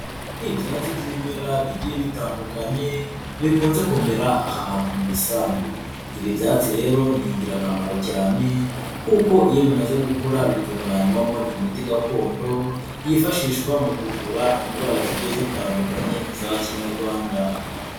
Ibyatsi by'ibimera bigiye bitandukanye bikunze kumera ahantu mu gisambu. Ibi byatsi rero ni ingirakamaro cyane kuko iyo bimaze gukura, bitunganywamo imiti gakondo, yifashishwa mu kuvura indwara zigiye zitandukanye za kinyarwanda.